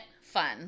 fun